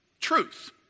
truth